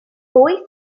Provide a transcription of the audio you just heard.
wyth